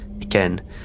Again